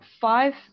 five